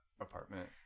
apartment